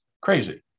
crazy